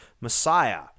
Messiah